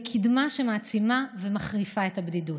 הן קדמה שמעצימה ומחריפה את הבדידות,